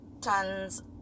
tons